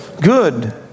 good